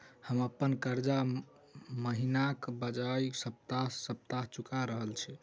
हम अप्पन कर्जा महिनाक बजाय सप्ताह सप्ताह चुका रहल छि